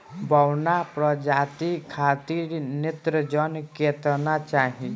बौना प्रजाति खातिर नेत्रजन केतना चाही?